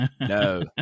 No